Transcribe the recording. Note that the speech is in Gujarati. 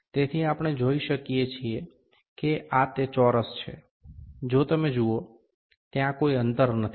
તેથી આપણે જોઈ શકીએ કે આ તે ચોરસ છે જો તમે જુઓ ત્યાં કોઈ અંતર નથી